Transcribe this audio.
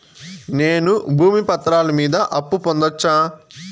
నేను భూమి పత్రాల మీద అప్పు పొందొచ్చా?